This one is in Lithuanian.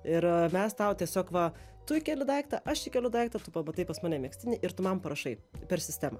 ir mes tau tiesiog va tu įkeli daiktą aš įkeliu daiktą tu pamatai pas mane megztinį ir tu man parašai per sistemą